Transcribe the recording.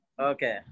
Okay